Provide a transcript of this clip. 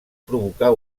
provocar